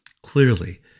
Clearly